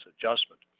adjustment